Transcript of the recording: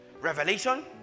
revelation